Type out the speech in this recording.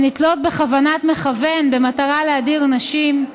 שנתלות בכוונת מכוון במטרה להדיר נשים,